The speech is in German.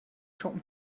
shoppen